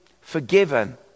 forgiven